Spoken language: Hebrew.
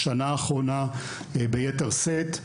בשנה האחרונה ביתר שאת.